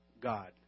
God